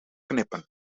knippen